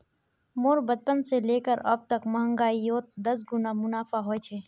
मोर बचपन से लेकर अब तक महंगाईयोत दस गुना मुनाफा होए छे